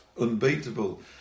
unbeatable